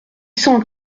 cent